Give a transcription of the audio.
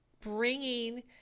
bringing